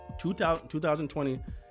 2020